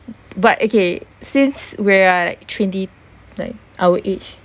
but okay since we're like twenty like our age